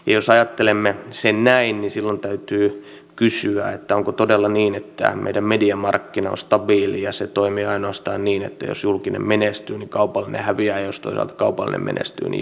jos ajattelemme sen näin niin silloin täytyy kysyä että onko todella niin että meidän mediamarkkina on stabiili ja se toimii ainoastaan niin että jos julkinen menestyy niin kaupallinen häviää ja jos toisaalta kaupallinen menestyy niin julkinen häviää